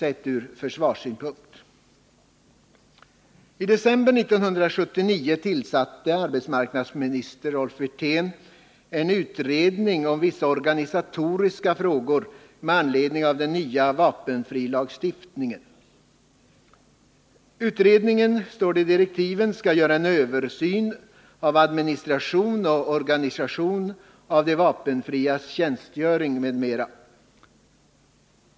I december 1979 tillsatte arbetsmarknadsminister Rolf Wirtén en utredning om dessa organisatoriska frågor med anledning av den nya vapenfrilagstiftningen. Utredaren skall enligt direktiven göra en ”översyn av administrationen och organisationen av de vapenfrias tjänstgöring m.m.”.